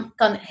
kan